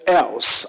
else